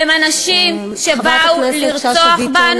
הם אנשים שבאו לרצוח בנו,